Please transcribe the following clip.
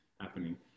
happening